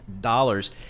dollars